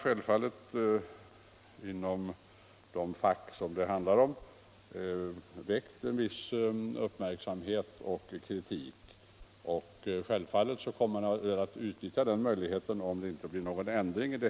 Självfallet kommer också den möjligheten att utnyttjas om det inte blir någon ändring.